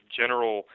general